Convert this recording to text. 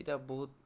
ଇ'ଟା ବହୁତ୍